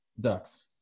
Ducks